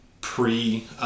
pre